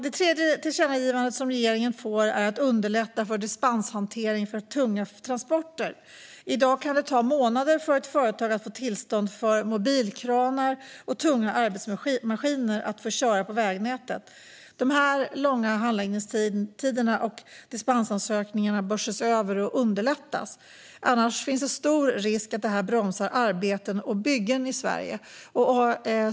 Det tredje tillkännagivandet som regeringen får handlar om att underlätta dispenshantering i fråga om tunga transporter. I dag kan det ta månader för ett företag att få tillstånd att köra mobilkranar och tunga arbetsmaskiner på vägnätet. De långa handläggningstiderna och dispensansökningarna bör ses över, och detta bör underlättas. Annars finns det stor risk att detta bromsar arbeten och byggen i Sverige.